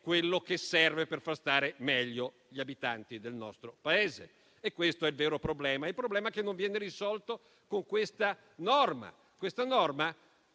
quello che serve per far stare meglio gli abitanti del nostro Paese. Questo è il vero problema che non viene risolto con la norma in esame.